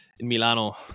Milano